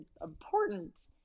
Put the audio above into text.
important